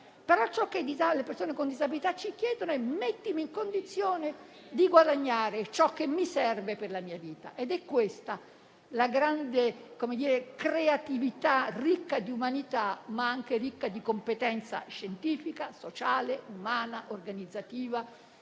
Ciò che le persone con disabilità ci chiedono è di metterle in condizione di guadagnare ciò che serve per la loro vita. Dobbiamo sviluppare questa grande creatività ricca di umanità, ma anche di competenza scientifica, sociale, umana e organizzativa.